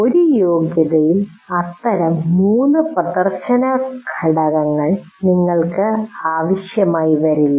ഒരു യോഗ്യതയിൽ അത്തരം 3 പ്രദർശന ഘടകങ്ങൾ നിങ്ങൾക്ക് ആവശ്യമായി വരില്ല